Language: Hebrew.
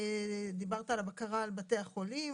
זרקא, אתה רוצה להוסיף?